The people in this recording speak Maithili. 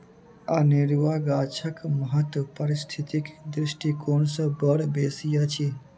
अनेरुआ गाछक महत्व पारिस्थितिक दृष्टिकोण सँ बड़ बेसी अछि